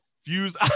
Fuse